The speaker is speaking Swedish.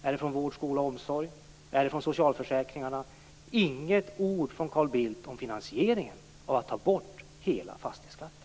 Är det från vård, skola och omsorg? Är det från socialförsäkringarna? Det har inte kommit något ord från Carl Bildt om finansieringen av att ta bort hela fastighetsskatten.